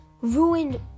ruined